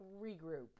regroup